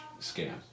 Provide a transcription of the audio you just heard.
scam